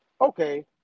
okay